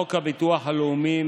לחוק הביטוח הלאומי ,